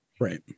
right